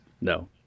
no